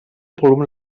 volum